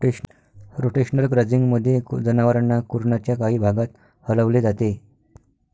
rotational ग्राझिंगमध्ये, जनावरांना कुरणाच्या काही भागात हलवले जाते